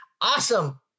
awesome